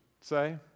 say